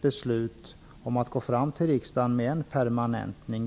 beslut om att gå till riksdagen med förslag om en permanentning.